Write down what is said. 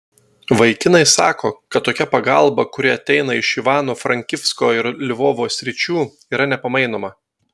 vaikinai sako kad tokia pagalba kuri ateina iš ivano frankivsko ir lvovo sričių yra nepamainoma